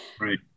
Right